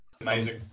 Amazing